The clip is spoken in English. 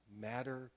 matter